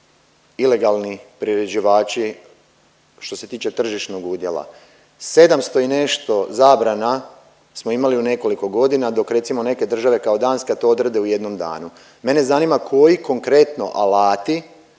ilegalni priređivači što se tiče tržišnog udjela, 700 i nešto zabrana smo imali u nekoliko godina dok recimo neke države kao Danska to odrade u jednom danu. Mene zanima koji konkretno alati